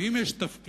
ואם יש תפקיד,